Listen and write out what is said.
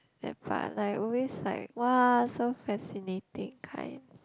that part like always like !wah! so fascinating kind